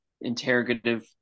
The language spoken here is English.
interrogative